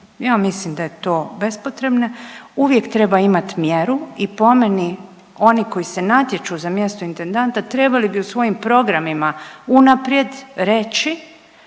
Ja mislim da je to bespotrebno. Uvijek treba imat mjeru i po meni oni koji se natječu za mjesto intendanta trebali bi u svojim programima unaprijed reći